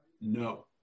no